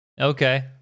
Okay